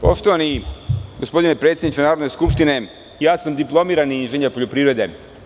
Poštovani gospodine predsedniče Narodne skupštine, ja sam diplomirani inženjer poljoprivrede.